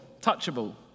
touchable